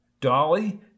Dolly